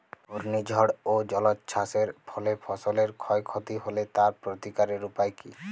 ঘূর্ণিঝড় ও জলোচ্ছ্বাস এর ফলে ফসলের ক্ষয় ক্ষতি হলে তার প্রতিকারের উপায় কী?